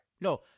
no